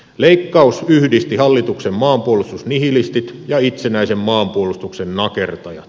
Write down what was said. leikkaus yhdisti hallituksen maanpuolustusnihilistit ja itsenäisen maanpuolustuksen nakertajat